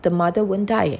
the mother won't die